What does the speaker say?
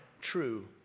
true